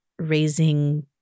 Raising